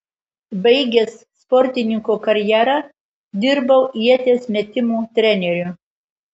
baigęs sportininko karjerą dirbau ieties metimo treneriu